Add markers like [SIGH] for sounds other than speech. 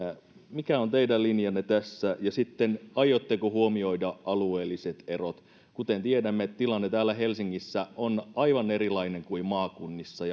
mikä on teidän linjanne tässä ja sitten aiotteko huomioida alueelliset erot kuten tiedämme tilanne täällä helsingissä on aivan erilainen kuin maakunnissa [UNINTELLIGIBLE]